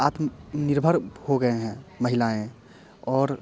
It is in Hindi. आत्मनिर्भर हो गएँ हैं महिलाएँ और